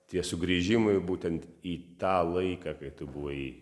tie sugrįžimai būtent į tą laiką kai tu buvai